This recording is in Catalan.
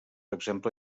exemple